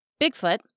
Bigfoot